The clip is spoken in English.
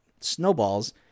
snowballs